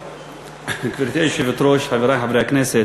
גברתי היושבת-ראש, חברי חברי הכנסת,